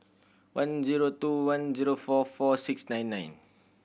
one zero two one zero four four six nine nine